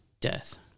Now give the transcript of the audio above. Death